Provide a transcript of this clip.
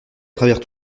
travers